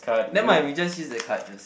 nevermind we just use that card just